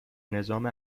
نظامی